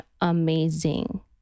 amazing